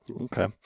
Okay